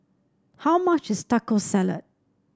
how much is Taco Salad